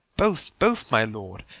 both, both, my lord.